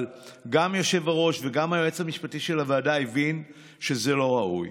אבל גם היושב-ראש וגם היועץ המשפטי של הוועדה הבינו שזה לא ראוי.